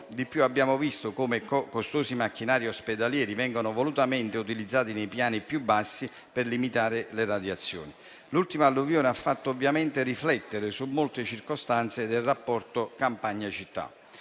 abbiamo visto come costosi macchinari ospedalieri vengano volutamente utilizzati nei piani più bassi per limitare le radiazioni. L'ultima alluvione ha fatto ovviamente riflettere su molte circostanze del rapporto campagna-città